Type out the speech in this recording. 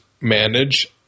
manage